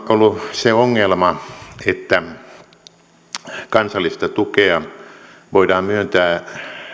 ollut se ongelma että kansallista tukea voidaan myöntää